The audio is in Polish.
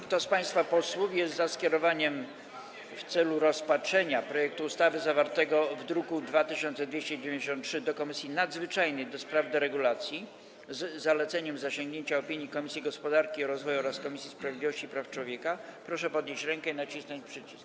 Kto z państwa posłów jest za skierowaniem, w celu rozpatrzenia, projektu ustawy zawartego w druku nr 2293 do Komisji Nadzwyczajnej do spraw deregulacji, z zaleceniem zasięgnięcia opinii Komisji Gospodarki i Rozwoju oraz Komisji Sprawiedliwości i Praw Człowieka, proszę podnieść rękę i nacisnąć przycisk.